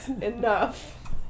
Enough